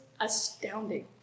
astounding